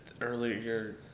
earlier